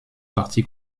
parties